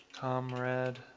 Comrade